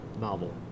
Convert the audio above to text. novel